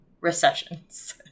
recessions